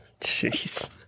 jeez